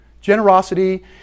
Generosity